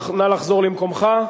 נא לחזור למקומך.